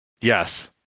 Yes